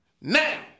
now